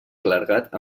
clergat